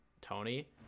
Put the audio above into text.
Tony